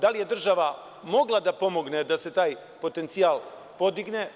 Da li je država mogla da pomogne da se taj potencijal podigne?